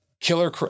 Killer